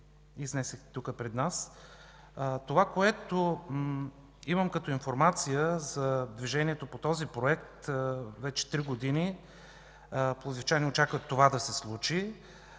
Това, което имам като информация за движението по този проект. Вече три години пловдивчани очакват той да се случи.